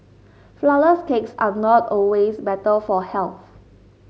flourless cakes are not always better for health